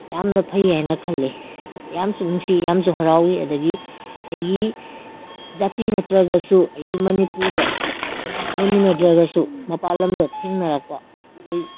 ꯌꯥꯝꯅ ꯐꯩ ꯍꯥꯏꯅ ꯈꯜꯂꯦ ꯑꯗꯩ ꯌꯥꯝꯁꯨ ꯅꯨꯡꯁꯤ ꯌꯥꯝꯁꯨ ꯍꯔꯥꯎꯏ ꯑꯗꯒꯤ ꯑꯩꯒꯤ ꯖꯥꯇꯤ ꯅꯠꯇ꯭ꯔꯒꯁꯨ ꯑꯩꯒꯤ ꯃꯅꯤꯄꯨꯔꯗ ꯂꯩꯃꯤꯟꯅꯗ꯭ꯔꯒꯁꯨ ꯃꯄꯥꯟ ꯂꯝꯗ ꯊꯦꯡꯅꯔꯛꯄ ꯑꯩꯈꯣꯏ